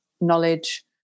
knowledge